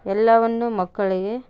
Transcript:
ಎಲ್ಲವನ್ನು ಮಕ್ಕಳಿಗೆ